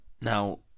now